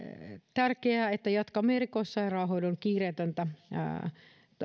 tärkeää että jatkamme erikoissairaanhoidon kiireetöntä